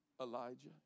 Elijah